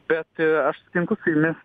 bet aš sutinku su jumis